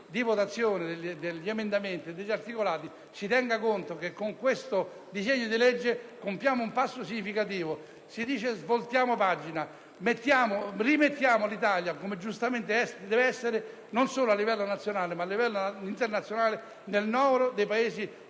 di votazione degli emendamenti e degli articoli si tenga conto che con il disegno di legge in esame compiamo un passo significativo. Voltiamo pagina, rimettiamo l'Italia, come giustamente deve essere non solo a livello nazionale ma anche internazionale, nel novero dei Paesi più